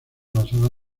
basada